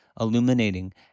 illuminating